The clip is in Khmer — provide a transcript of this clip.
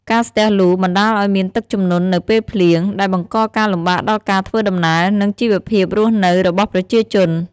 ការស្ទះលូ បណ្តាលឲ្យមានទឹកជំនន់នៅពេលភ្លៀង ដែលបង្កការលំបាកដល់ការធ្វើដំណើរ និងជីវភាពរស់នៅរបស់ប្រជាជន។